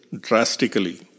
drastically